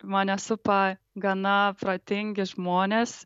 mane supa gana protingi žmonės